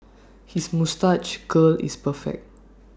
his moustache curl is perfect